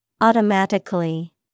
Automatically